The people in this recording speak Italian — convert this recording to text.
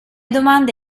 domande